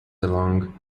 along